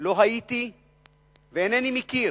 לא הייתי ואינני מכיר